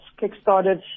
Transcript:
kick-started